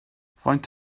faint